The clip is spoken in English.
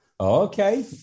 Okay